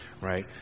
right